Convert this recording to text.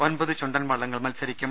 ഒമ്പത് ചുണ്ടൻവള്ളങ്ങൾ മത്സരിക്കും